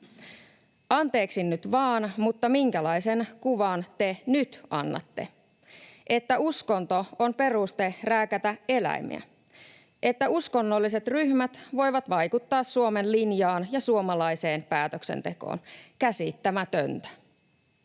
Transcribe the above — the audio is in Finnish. Anteeksi nyt vaan, mutta minkälaisen kuvan te nyt annatte? Että uskonto on peruste rääkätä eläimiä, että uskonnolliset ryhmät voivat vaikuttaa Suomen linjaan ja suomalaiseen päätöksentekoon. Käsittämätöntä.